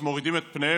שהם מורידים את פניהם,